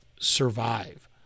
survive